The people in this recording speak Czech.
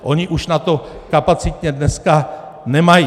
Oni už na to kapacitně dneska nemají.